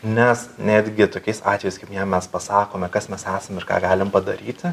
nes netgi tokiais atvejais kaip jam mes pasakome kas mes esam ir ką galim padaryti